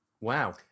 wow